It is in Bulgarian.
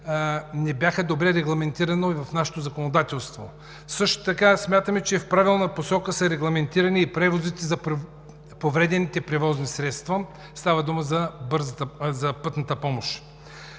не бяха добре регламентирани в нашето законодателство. Също така смятаме, че в правилна посока са регламентирани превозите за повредените превозни средства. Става дума за „Пътна помощ“.